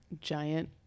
giant